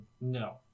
No